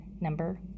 number